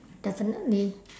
definitely